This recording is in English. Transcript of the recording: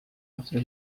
after